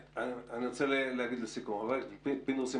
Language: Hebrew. פינדרוס,